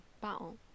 battle